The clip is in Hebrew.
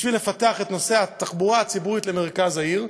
בשביל לפתח את נושא התחבורה הציבורית למרכז העיר,